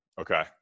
Okay